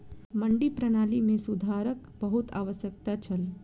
मंडी प्रणाली मे सुधारक बहुत आवश्यकता छल